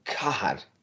God